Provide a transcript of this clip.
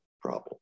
problem